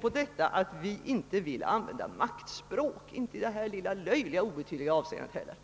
på att vi inte vill använda maktspråk i det här lilla löjliga obetydliga avseendet.